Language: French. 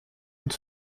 une